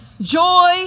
Joy